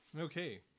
Okay